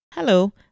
Hello